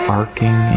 arcing